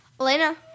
Elena